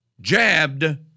jabbed